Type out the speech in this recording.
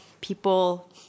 people